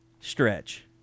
stretch